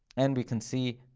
and we can see,